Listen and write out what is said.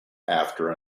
after